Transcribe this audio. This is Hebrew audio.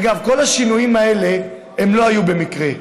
אגב, כל השינויים האלה לא היו במקרה.